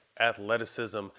athleticism